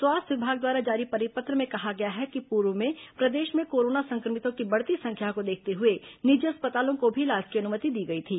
स्वास्थ्य विभाग द्वारा जारी परिपत्र में कहा गया है कि पूर्व में प्रदेश में कोरोना संक्रमितों की बढ़ती संख्या को देखते हए निजी अस्पतालों को भी इलाज की अनुमति दी गई थी